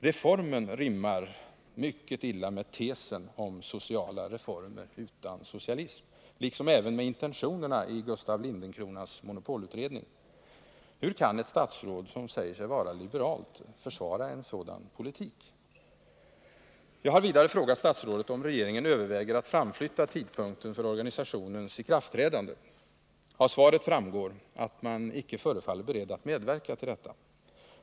Reformen rimmar mycket illa med tesen om ” sociala reformer utan socialism” liksom även med intentionerna i Gustaf Lindencronas monopolutredning. Hur kan ett statsråd som säger sig vara liberalt försvara en sådan politik? Jag har vidare frågat statsrådet om regeringen överväger att framflytta tidpunkten för organisationens ikraftträdande. Av svaret framgår att man inte förefaller beredd att medverka till detta.